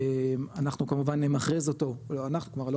אנחנו כמובן נמכרז אותו אנחנו כבר לא